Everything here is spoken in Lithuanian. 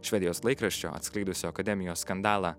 švedijos laikraščio atskridusio akademijos skandalą